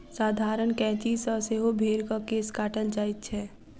साधारण कैंची सॅ सेहो भेंड़क केश काटल जाइत छै